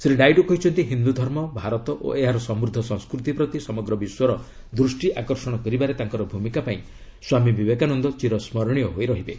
ଶ୍ରୀ ନାଇଡୁ କହିଛନ୍ତି ହିନ୍ଦୁ ଧର୍ମ ଭାରତ ଓ ଏହାର ସମୃଦ୍ଧ ସଂସ୍କୃତି ପ୍ରତି ସମଗ୍ର ବିଶ୍ୱର ଦୃଷ୍ଟି ଆକର୍ଷଣ କରିବାରେ ତାଙ୍କର ଭୂମିକା ପାଇଁ ସ୍ୱାମୀ ବିବେକାନନ୍ଦ ଚିର ସ୍କରଣୀୟ ହୋଇ ରହିବେ